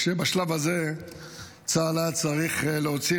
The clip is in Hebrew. כשבשלב הזה צה"ל היה צריך להוציא,